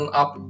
up